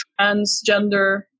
transgender